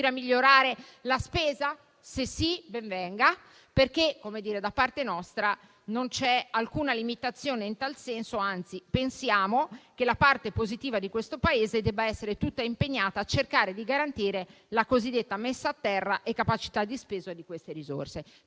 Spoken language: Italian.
a migliorare la spesa? Se sì, ben venga, perché da parte nostra non c'è alcuna limitazione in tal senso. Anzi, pensiamo che la parte positiva del Paese debba essere tutta impegnata a cercare di garantire la cosiddetta messa a terra e la capacità di spesa di queste risorse.